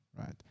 right